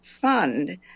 fund